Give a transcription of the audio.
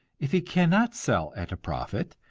if he cannot sell at a profit,